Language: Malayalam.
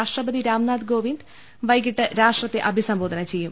രാഷ്ട്ര പതി രാംനാഥ്കോവിന്ദ് ഐവിട്ട് രാഷ്ട്രത്തെ അഭിസംബോ ധന ചെയ്യും